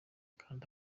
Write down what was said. kanda